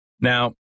Now